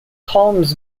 columns